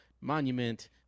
Monument